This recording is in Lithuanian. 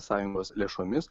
sąjungos lėšomis